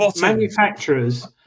manufacturers